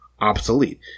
obsolete